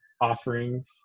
offerings